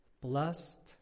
Blessed